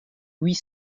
huit